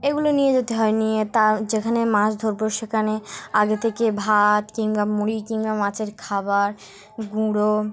এগুলো নিয়ে যেতে হয় নিয়ে তার যেখানে মাছ ধরবো সেখানে আগে থেকে ভাত কিংবা মুড়ি কিংবা মাছের খাবার গুঁড়ো